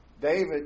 David